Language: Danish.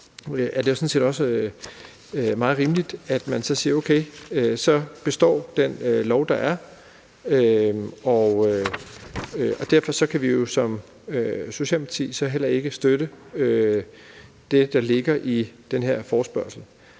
det også meget rimeligt, at man så siger: Okay, så består den lov, der er. Og derfor kan vi som Socialdemokrati så heller ikke støtte det, der ligger i den her forespørgsel.